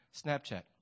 Snapchat